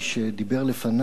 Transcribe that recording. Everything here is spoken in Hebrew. שדיבר לפני,